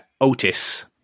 Otis